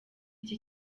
iki